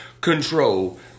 control